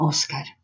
Oscar